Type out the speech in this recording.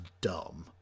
dumb